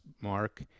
mark